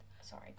sorry